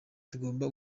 tugomba